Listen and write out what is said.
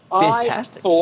Fantastic